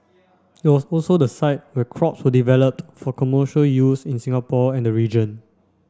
it was also the site where crops were developed for commercial use in Singapore and the region